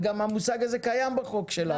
וגם המושג הזה קיים בחוק שלנו.